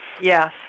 Yes